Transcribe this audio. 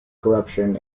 corruption